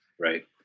Right